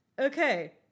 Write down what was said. Okay